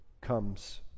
comes